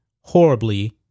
horribly